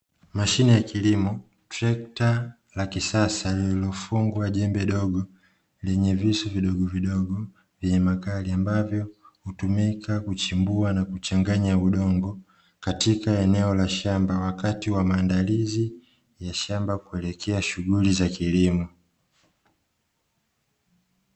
Mashine ya kilimo tractor la kisasa nililofungwa jembe dogo lenye visu vidogovidogo, vyenye makali ambavyo hutumika kuchimbua na kuchanganya udongo katika eneo la shamba wakati wa maandalizi ya shamba kuelekea shughuli za kilimo.